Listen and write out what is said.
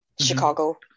Chicago